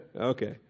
Okay